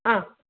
ആ